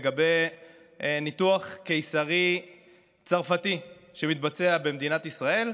לגבי ניתוח קיסרי צרפתי שמתבצע במדינת ישראל.